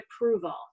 approval